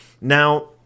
Now